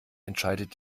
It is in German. entscheidet